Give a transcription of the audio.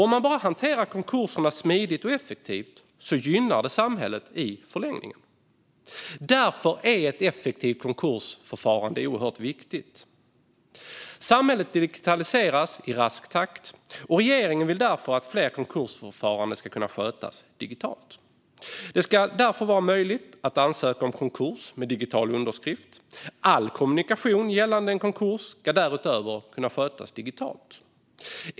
Om man bara hanterar konkurserna smidigt och effektivt gynnar det i förlängningen samhället. Därför är ett effektivt konkursförfarande oerhört viktigt. Samhället digitaliseras i rask takt. Regeringen vill därför att fler konkursförfaranden ska kunna skötas digitalt. Det ska därför vara möjligt att ansöka om konkurs med en digital underskrift. All kommunikation gällande en konkurs ska därutöver kunna skötas digitalt.